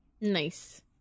Nice